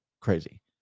crazy